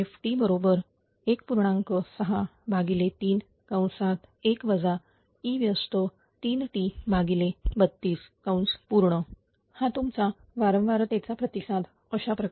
631 e 3t32 हा तुमचा वारंवार तिचा प्रतिसाद अशाप्रकारे